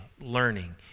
learning